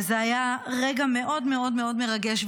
וזה היה רגע מאוד מאוד מאוד מרגש.